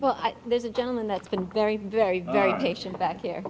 well there's a gentleman that's been very very very patient that here